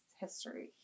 history